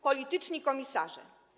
Polityczni komisarze.